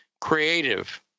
creative